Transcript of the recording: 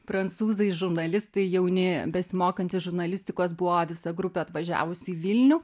prancūzai žurnalistai jauni besimokantys žurnalistikos buvo visa grupė atvažiavusi į vilnių